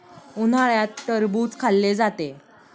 उन्हाळ्यात टरबूज खाल्ले जाते